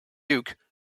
duke